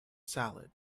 salad